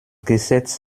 gesetz